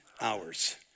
hours